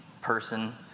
person